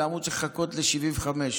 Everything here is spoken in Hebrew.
למה הוא צריך לחכות לגיל 75,